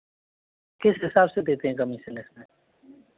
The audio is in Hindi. किस हिसाब से देते हैं कमीसन इसमें